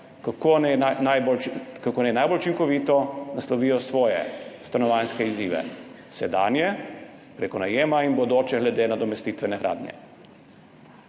kako naj najbolj učinkovito naslovijo svoje stanovanjske izzive, sedanje prek najema in bodoče glede nadomestitvene gradnje.